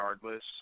regardless